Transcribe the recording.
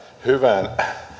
hyvään